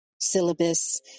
syllabus